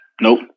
Nope